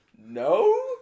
no